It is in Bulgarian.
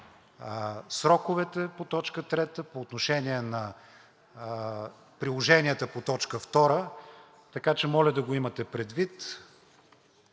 сроковете по точка трета, по отношение на приложенията по точка втора, така че моля да го имате предвид.